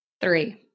Three